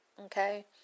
okay